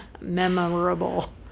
memorable